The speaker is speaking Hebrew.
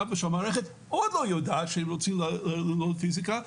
ושהמערכת עוד לא יודעת שהם רוצים ללמוד פיזיקה,